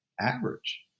average